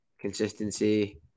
consistency